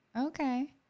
okay